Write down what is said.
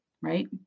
right